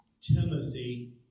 Timothy